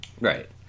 Right